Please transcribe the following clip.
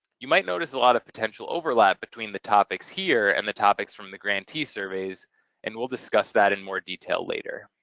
you might notice a lot of potential overlap between the topics here and the topics from the grantee surveys and we'll discuss that in more detail later.